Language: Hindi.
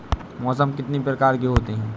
मौसम कितनी प्रकार के होते हैं?